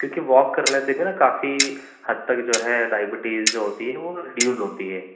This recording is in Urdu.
کیوں کہ واک کرنے سے جو ہے نا کافی حد تک جو ہے ڈائبیٹیز جو ہوتی ہے وہ ڈیوز ہوتی ہے